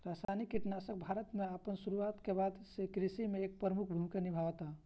रासायनिक कीटनाशक भारत में अपन शुरुआत के बाद से कृषि में एक प्रमुख भूमिका निभावता